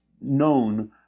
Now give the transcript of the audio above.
known